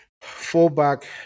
Fullback